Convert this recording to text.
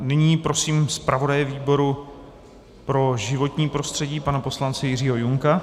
Nyní prosím zpravodaje výboru pro životní prostředí pana poslance Jiřího Junka.